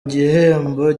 igihembo